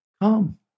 come